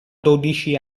dodici